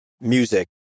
music